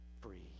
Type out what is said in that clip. free